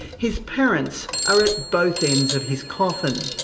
his parents are at both ends of his coffin.